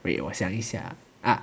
wait 我想一想 ah